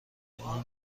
اون